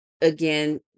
again